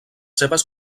seves